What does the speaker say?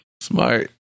Smart